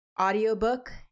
audiobook